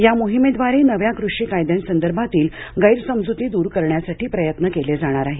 या मोहिमेद्वारे नव्या कृषी कायद्यांसंदर्भातील गैरसमजुती दूर करण्यासाठी प्रयत्न केले जाणार आहेत